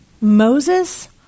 Moses